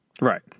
Right